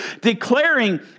declaring